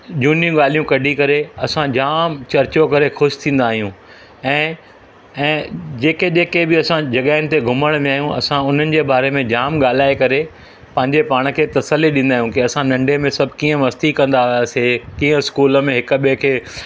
झूनी ॻाल्हियूं कॾहिं करे असां जाम चर्चो करे ख़ुशि थींदा आहियूं ऐं जेके जेके बि असां जॻहियुनि ते घुमणु विया आहियूं असां हुननि जे बारे में जाम ॻाल्हाए करे पंहिंजे पाण खें तसली ॾींदा आहियूं की असां नंढे में सभु कीअं मस्ती कंदा हुआसीं कीअं स्कूल में हिकु ॿिए खे